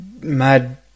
mad